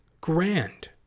grand